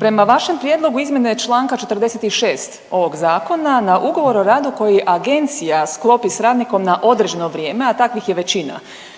prema vašem prijedlogu izmjene čl. 46. ovog zakona na ugovor o radu koji agencija sklopi s radnikom na određeno vrijeme, a takvih je većina,